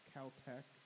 Caltech